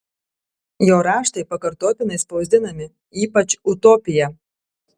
jo raštai pakartotinai spausdinami ypač utopija